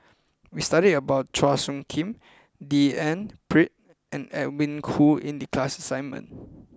we studied about Chua Soo Khim D N Pritt and Edwin Koo in the class assignment